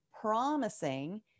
promising